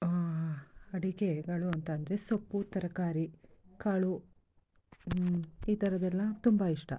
ಅಡುಗೆಗಳು ಅಂತಂದರೆ ಸೊಪ್ಪು ತರಕಾರಿ ಕಾಳು ಈ ಥರದೆಲ್ಲಾ ತುಂಬ ಇಷ್ಟ